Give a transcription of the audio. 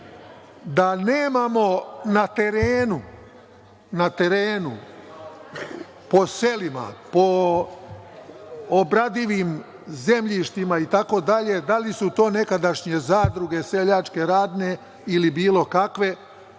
da nemamo na terenu po selima, po obradivim zemljištima itd, da li su to nekadašnje zadruge, seljačke, radne ili bilo kakve,